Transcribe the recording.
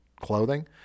clothing